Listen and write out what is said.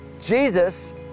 Jesus